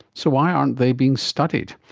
so why aren't they being studied?